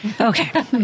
Okay